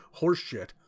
horseshit